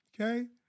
okay